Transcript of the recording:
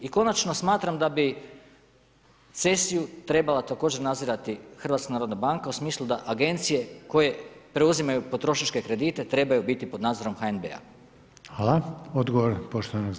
I konačno smatram da bi cesiju trebala također nadzirati HNB u smislu da agencije koje preuzimaju potrošačke kredite trebaju biti pod nadzorom HNB-a.